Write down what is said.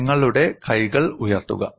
നിങ്ങളുടെ കൈകള് ഉയര്ത്തുക